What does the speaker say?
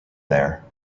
there